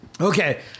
Okay